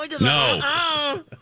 No